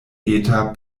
eta